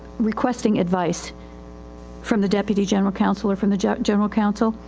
requesting advice from the deputy general counsel or from the general counsel.